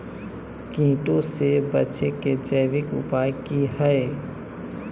कीटों से बचे के जैविक उपाय की हैय?